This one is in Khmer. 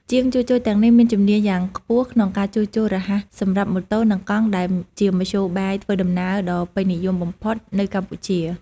ជាងជួសជុលទាំងនេះមានជំនាញយ៉ាងខ្ពស់ក្នុងការជួសជុលរហ័សសម្រាប់ម៉ូតូនិងកង់ដែលជាមធ្យោបាយធ្វើដំណើរដ៏ពេញនិយមបំផុតនៅកម្ពុជា។